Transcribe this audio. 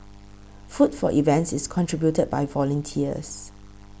food for events is contributed by volunteers